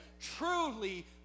truly